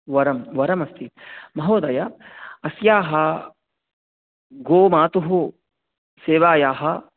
वरं वरमस्ति महोदय अस्याः गोमातुः सेवायाः